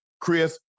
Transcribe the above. Chris